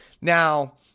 now